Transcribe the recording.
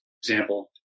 example